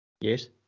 Yes